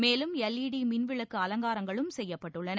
மேலும் L E D மின்விளக்கு அவங்காரங்களும் செய்யப்பட்டுள்ளன